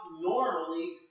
normally